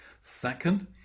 second